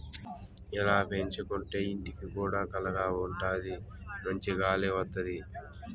ఇలా పెంచుకోంటే ఇంటికి కూడా కళగా ఉంటాది మంచి గాలి వత్తది